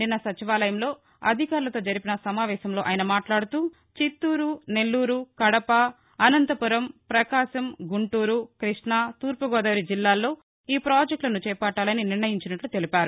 నిన్న సచివాలయంలో అధికారులతో జరిపిన సమావేశంలో ఆయన మాట్లాడుతూచిత్తూరు నెల్లూరు కడప అనంతపురం ప్రకాశం గుంటూరు కృష్ణా తూర్పు గోదావరి జిల్లాల్లో ఈ ప్రాజెక్టులను చేపట్టాలని నిర్ణయించినట్లు తెలిపారు